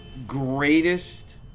Greatest